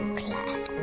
class